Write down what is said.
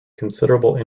considerable